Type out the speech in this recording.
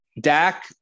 Dak